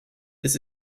this